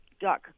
duck